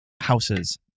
houses